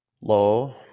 low